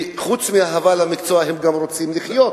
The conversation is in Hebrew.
כי חוץ מאהבה למקצוע הם גם רוצים לחיות.